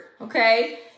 okay